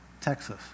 Texas